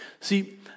See